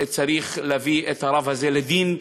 צריך להביא את הרב הזה לדין,